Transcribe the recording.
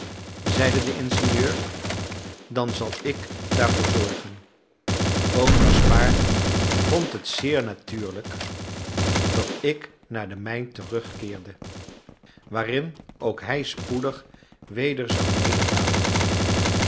zeide de ingenieur dan zal ik daarvoor zorgen oom gaspard vond het zeer natuurlijk dat ik naar de mijn terugkeerde waarin ook hij spoedig weder zou